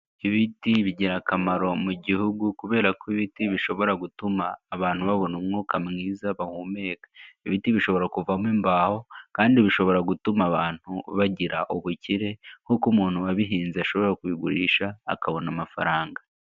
Ibiti bigira akamaro mu gihugu kubera ko ibiti bishobora gutuma abantu babona umwuka mwiza bahumeka. Ibiti bishobora kuvamo imbaho kandi bishobora gutuma abantu bagira ubukire nkuko umuntu wabihinze ashobora kubigurisha akabona amafaranga